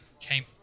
came